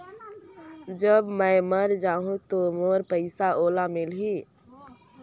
जब मै मर जाहूं तो मोर पइसा ओला मिली?